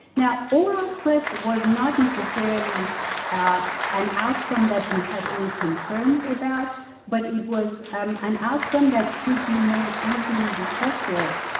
now oral cleft was not necessarily an outcome that we had any concerns about but it was um an outcome that could be more easily detected